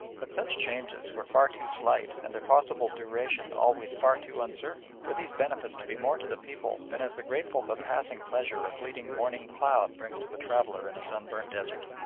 but such changes were far too slight and their possible duration always far too uncertain for these benefits to be more to the people than as the grateful but passing pleasure a fleeting morning cloud brings to the traveller in a sunburnt desert.